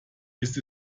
ist